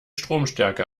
stromstärke